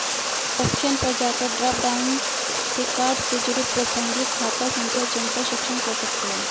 option पर जाकर drop down से कार्ड से जुड़ी प्रासंगिक खाता संख्या चुनकर सक्षम कर सकते है